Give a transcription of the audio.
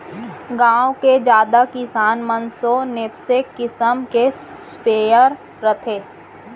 गॉँव के जादा किसान मन सो नैपसेक किसम के स्पेयर रथे